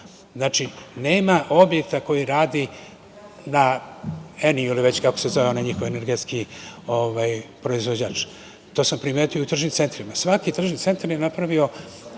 Znači, nema objekta koji radi na, kako se već zove, onaj njihov energetski proizvođač. To sam primetio u tržnim centrima. Svaki tržni centar je napravio